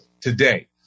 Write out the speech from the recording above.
today